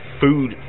food